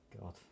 God